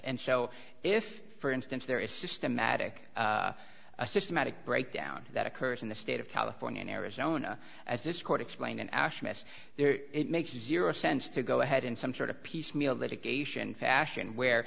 and so if for instance there is systematic a systematic breakdown that occurs in the state of california in arizona as this court explained and ash mess there it makes zero sense to go ahead in some sort of piecemeal litigation fashion where